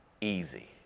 easy